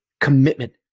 commitment